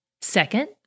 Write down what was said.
Second